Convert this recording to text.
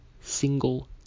single